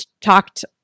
talked